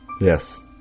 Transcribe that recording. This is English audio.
Yes